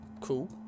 Cool